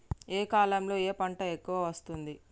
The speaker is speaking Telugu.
ఏ కాలంలో ఏ పంట ఎక్కువ వస్తోంది?